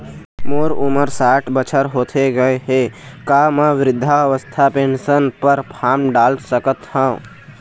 मोर उमर साठ बछर होथे गए हे का म वृद्धावस्था पेंशन पर फार्म डाल सकत हंव?